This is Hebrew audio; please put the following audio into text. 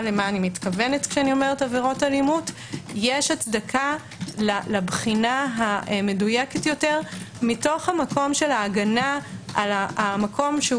יש הצדקה לבחינה המדויקת יותר מתוך המקום של ההגנה על המקום שהוא